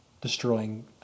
destroying